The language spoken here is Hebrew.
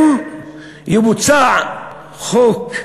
יבוצע חוק דרומי,